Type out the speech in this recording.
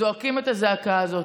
זועקים את הזעקה הזאת.